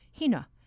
Hina